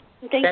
thank